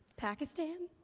pakistan.